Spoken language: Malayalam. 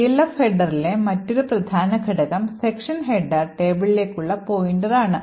ELF ഹെഡറിലെ മറ്റൊരു പ്രധാന ഘടകം സെക്ഷൻ ഹെഡർ ടേബിളിലേക്കുള്ള പോയിന്റർ ആണ്